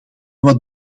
wat